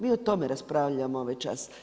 Mi o tome raspravljamo ovaj čas.